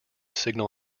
signal